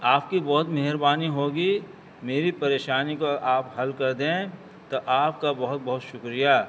آپ کی بہت مہربانی ہوگی میری پریشانی کو آپ حل کر دیں تو آپ کا بہت بہت شکریہ